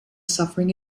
suffering